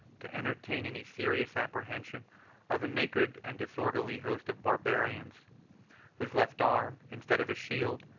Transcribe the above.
to entertain any serious apprehension of a naked and disorderly host of barbarians whose left arm, instead of a shield,